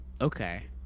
okay